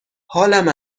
حالم